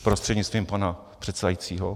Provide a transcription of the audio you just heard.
Prostřednictvím pana předsedajícího.